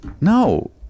No